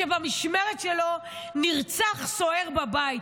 שבמשמרת שלו נרצח סוהר בבית.